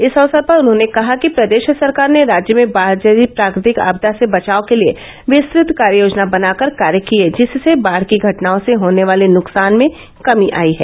इस अक्सर पर उन्होंने कहा कि प्रदेश सरकार ने राज्य में बाढ़ जैसी प्राकृतिक आपदा से बचाव के लिए विस्तृत कार्ययोजना बनाकर कार्य किए जिससे बाढ़ की घटनाओं से होने वाले नुकसान में कमी आयी है